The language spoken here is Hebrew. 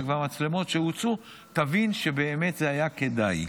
והמצלמות שהוצאו תבין שזה היה באמת כדאי.